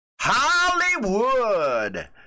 Hollywood